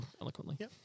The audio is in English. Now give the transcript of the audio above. eloquently